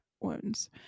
wounds